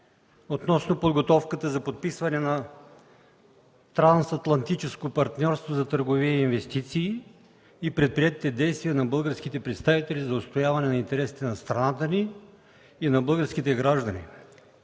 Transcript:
относно подготовката за подписване на Трансатлантическо партньорство за търговия и инвестиции и предприетите действия на българските представители за отстояване на интересите на страната ни и на българските граждани.